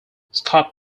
scott